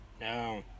no